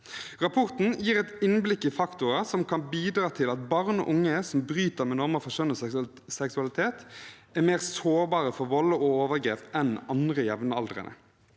Rapporten gir et innblikk i faktorer som kan bidra til at barn og unge som bryter med normer for kjønn og seksualitet, er mer sårbare for vold og overgrep enn andre jevnaldrende.